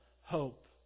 hope